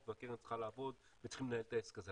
והקרן צריכה לעבוד וצריכים לנהל את העסק הזה,